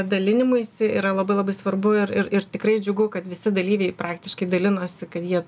dalinimuisi yra labai labai svarbu ir ir ir tikrai džiugu kad visi dalyviai praktiškai dalinosi kad jie